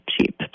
cheap